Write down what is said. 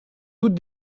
toute